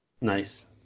Nice